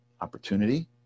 Opportunity